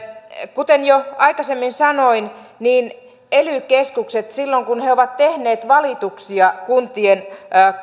kuten jo aikaisemmin sanoin silloin kun ely keskukset ovat tehneet valituksia kuntien